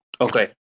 Okay